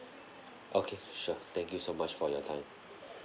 okay sure thank you so much for your time